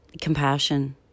compassion